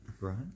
Right